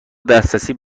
دسترسی